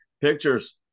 pictures